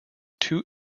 two